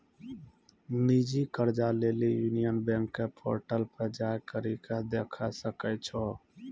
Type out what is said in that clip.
निजी कर्जा लेली यूनियन बैंक के पोर्टल पे जाय करि के देखै सकै छो